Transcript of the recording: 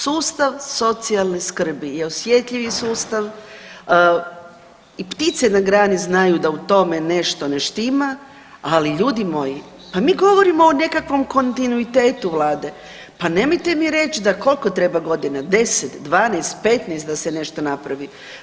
Sustav socijalne skrbi je osjetljivi sustav i ptice na grani znaju da u tome nešto ne štima, ali ljudi moji, pa mi govorimo o nekakvom kontinuitetu vlade, pa nemojte mi reć da kolko treba godina 10, 12, 15 da se nešto napravi.